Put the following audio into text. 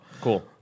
Cool